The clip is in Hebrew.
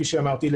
כפי שאמרתי,